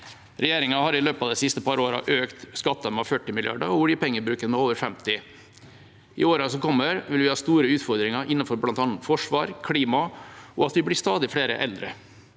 Regjeringa har i løpet av de siste par årene økt skattene med 40 mrd. kr og oljepengebruken med over 50 mrd. kr. I årene som kommer, vil vi ha store utfordringer innenfor bl.a. forsvar, klima og at vi blir stadig flere eldre.